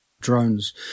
drones